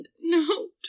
No